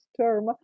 term